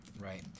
right